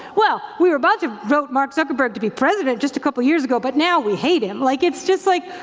well, we were about to vote mark zuckerberg to be president just a couple years ago, but now we hate him, like it's just like,